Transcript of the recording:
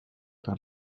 par